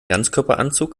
ganzkörperanzug